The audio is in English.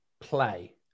play